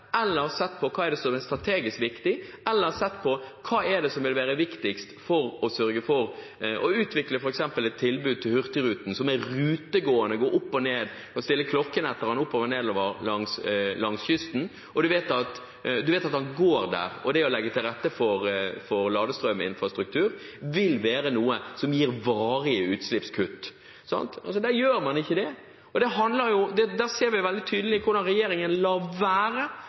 vil være viktigst for å sørge for f.eks. å utvikle et tilbud til Hurtigruten, som er rutegående – vi kan stille klokken etter den, den går oppover og nedover langs kysten. Vi vet at den går der, og det å legge til rette for landstrøminfrastruktur vil være noe som gir varige utslippskutt. Der gjør man ikke det, og der ser vi veldig tydelig hvordan regjeringen lar være